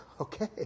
Okay